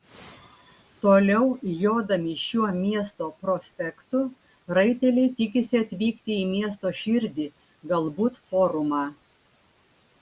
toliau jodami šiuo miesto prospektu raiteliai tikisi atvykti į miesto širdį galbūt forumą